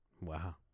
Wow